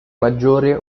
maggiore